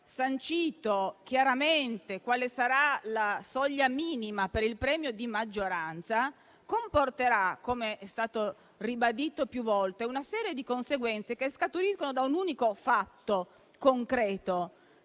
sancito chiaramente quale sarà la soglia minima per il premio di maggioranza, infatti, com'è stato ribadito più volte, comporterà una serie di conseguenze che scaturiscono da un unico fatto concreto,